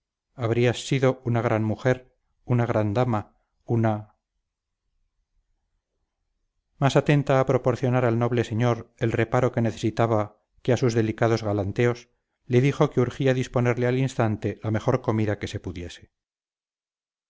habrías sido una gran mujer una gran dama una más atenta a proporcionar al noble señor el reparo que necesitaba que a sus delicados galanteos le dijo que urgía disponerle al instante la mejor comida que se pudiese